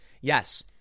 yes